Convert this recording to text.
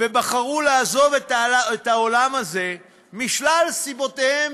ובחרו לעזוב את העולם הזה משלל סיבותיהם,